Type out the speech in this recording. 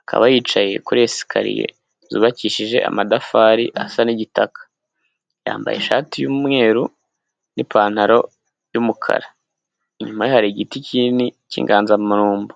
akaba yicaye kuri esikariye zubakishije amatafari asa nk'igitaka, yambaye ishati y'umweru n'ipantaro y'umukara, inyuma hari igiti kinini cy'inganzamarumbo.